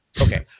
okay